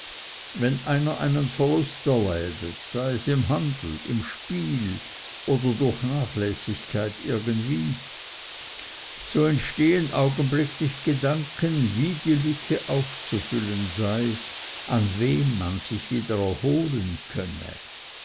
wenn einer einen verlust erleidet sei es im handel im spiel oder durch nachlässigkeit irgendwie so entstehen augenblicklich gedanken wie die lücke auszufüllen sei an wem man sich wieder erholen könne